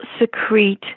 secrete